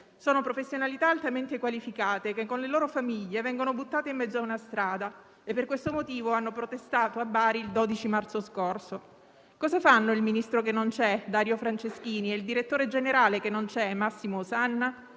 Sono professionalità altamente qualificate che, con le loro famiglie, vengono buttate in mezzo a una strada e per questo motivo il 12 marzo scorso hanno protestato a Bari. Cosa fanno il Ministro che non c'è, Dario Franceschini, e il direttore generale che non c'è, Massimo Osanna?